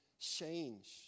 change